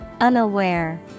Unaware